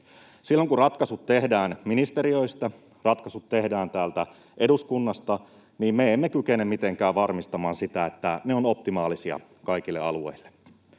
Silloin kun ratkaisut tehdään ministeriöistä ja ratkaisut tehdään täältä eduskunnasta, me emme kykene mitenkään varmistamaan sitä, että ne ovat optimaalisia kaikille alueille.